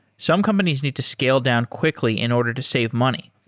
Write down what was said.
some companies need to scale down quickly in order to save money,